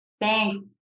Thanks